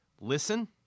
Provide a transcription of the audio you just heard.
listen